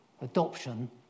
adoption